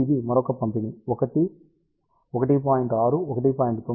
ఇప్పుడు ఇది మరొక పంపిణీ 1 1